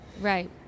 Right